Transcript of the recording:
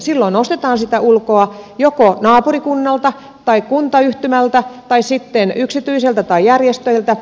silloin ostetaan sitä ulkoa joko naapurikunnalta tai kuntayhtymältä tai sitten yksityiseltä tai järjestöiltä